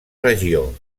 regió